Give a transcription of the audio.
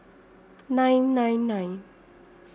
nine nine nine